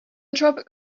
tropic